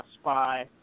spy